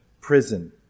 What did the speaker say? prison